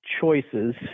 choices